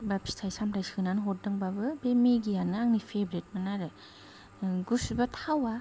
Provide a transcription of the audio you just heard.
बा फिथाइ सामथाइ सोनानै हरदोंबाबो बे मेगियानो आंनि फेब्रेतमोन आरो गुसुबा थावा